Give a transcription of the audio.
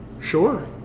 Sure